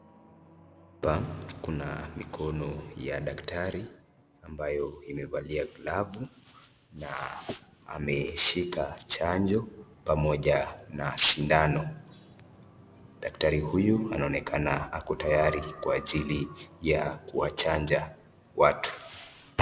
Hapa Kuna mkono ya daktari ambaye amevalia glovu na ameshika chanjo pamoja na sindano daktari huyu anaonekana ako tayari kwa ajili ya kuchancha watu.